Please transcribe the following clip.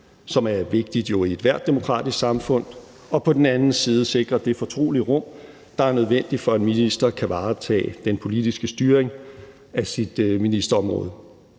jo er vigtig i ethvert demokratisk samfund, og på den anden side hensynet til at sikre det fortrolige rum, der er nødvendig, for at en minister kan varetage den politiske styring af sit ministerområde.